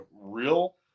real